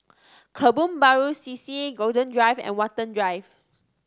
Kebun Baru C C Golden Drive and Watten Drive